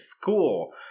school